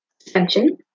suspension